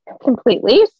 completely